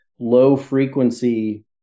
low-frequency